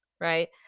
right